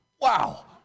Wow